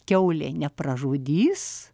kiaulė nepražudys